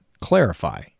clarify